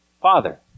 Father